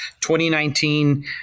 2019